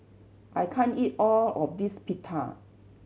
I can't eat all of this Pita